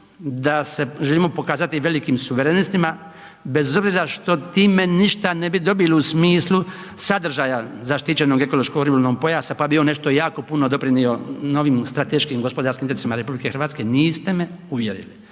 da se želimo pokazati velikim suverenistima, bez obzira što time ništa ne bi dobili u smislu sadržaja zaštićenog ekološko-ribolovnog pojasa, pa bi on nešto jako puno doprinio novim strateškim gospodarskim .../Govornik se ne razumije./..., niste me uvjerili.